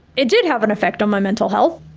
it did have an effect on my mental health.